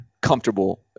comfortable